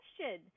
question